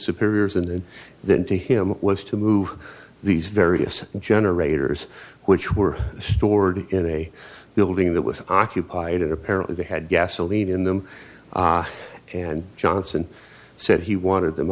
superiors and then to him was to move these various generators which were stored in a building that was occupied and apparently they had gasoline in them and johnson said he wanted them